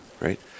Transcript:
Right